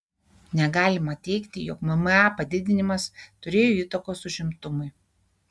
negalima teigti jog mma padidinimas turėjo įtakos užimtumui